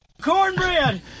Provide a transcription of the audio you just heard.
Cornbread